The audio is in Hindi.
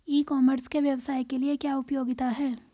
ई कॉमर्स के व्यवसाय के लिए क्या उपयोगिता है?